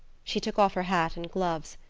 she took off her hat and gloves.